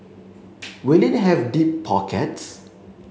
will it have deep pockets